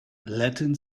latin